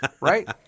Right